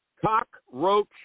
Cockroach